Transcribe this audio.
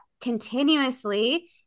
continuously